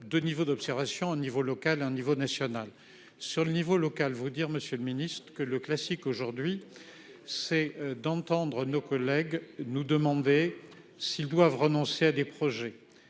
de niveaux d'observation au niveau local un niveau national sur le niveau local vous dire Monsieur le Ministre, que le classique aujourd'hui, c'est d'entendre nos collègues nous demander s'ils doivent renoncer à des projets